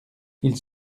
ils